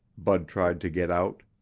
bud tried to get out.